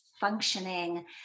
functioning